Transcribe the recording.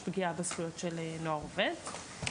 יש פגיעה בזכויות של נוער עובד.